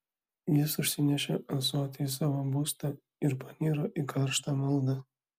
jis užsinešė ąsotį į savo būstą ir paniro į karštą maldą